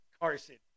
Carson